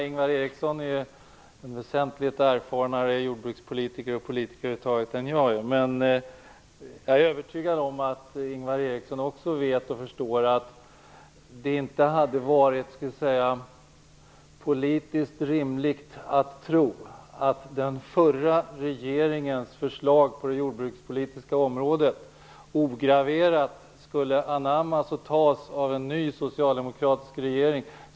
Ingvar Eriksson är en väsentligt erfarnare jordbrukspolitiker och politiker över huvud taget än jag, men jag är övertygad om att också Ingvar Eriksson förstår att det inte hade varit politiskt rimligt att tro att den förra regeringens förslag på det jordbrukspolitiska området ograverat skulle anammas av en ny socialdemokratisk regering.